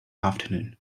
afternoon